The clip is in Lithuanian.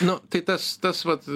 nu tai tas tas vat